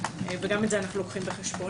וגם את זה אנחנו לוקחים בחשבון.